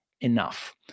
enough